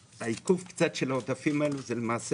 העיכוב קצת של העודפים האלה זה למעשה